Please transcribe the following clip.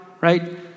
right